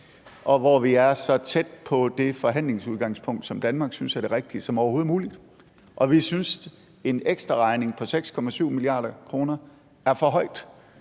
og hvor vi er så tæt på det forhandlingsudgangspunkt, som Danmark synes er det rigtige, som overhovedet muligt. Vi synes, at en ekstraregning på 6,7 mia. kr. er for højt